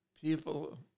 People